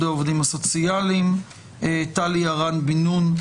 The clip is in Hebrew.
העובדות והעובדים הסוציאליים וגם טלי הרן בן-נון.